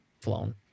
flown